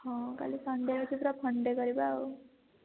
ହଁ କାଲି ସନ୍ଡ଼େ ଅଛି ପୁରା ଫନ୍ ଡ଼େ କରିବା ଆଉ